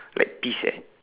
like peas eh